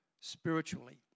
spiritually